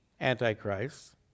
antichrist